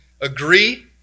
agree